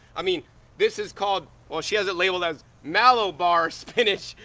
i mean this is called well, she has it labeled as mallow bar spinach.